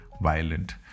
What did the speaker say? violent